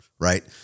right